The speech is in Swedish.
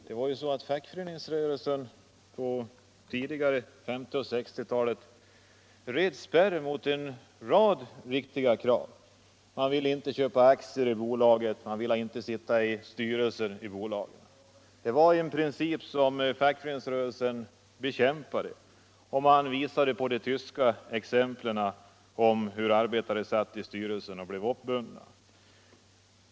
Herr talman! Fackföreningsrörelsen red under 1950 och 1960-talen spärr mot en rad viktiga krav. Man ville inte köpa aktier i bolagen, och man ville inte sitta i bolagens styrelser. Detta var krav som fackföreningsrörelsen bekämpade. Man visade på de tyska exemplen, där arbetare satt i styrelserna och blev uppbundna.